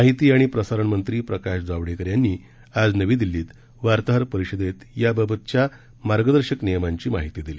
माहिती आणि प्रसारण मंत्री प्रकाश जावडेकर यांनी आज नवी दिल्लीत वार्ताहर परिषदेत याबाबतच्या मार्गदर्शक नियमांची माहिती दिली